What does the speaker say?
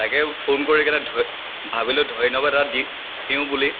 তাকে ফোন কৰি কিনে ধৈ ভাবিলোঁ ধন্যবাদ এটা দি দিওঁ বুলি